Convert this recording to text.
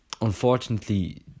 Unfortunately